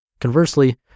Conversely